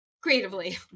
creatively